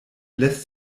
lässt